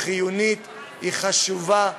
היא חשובה.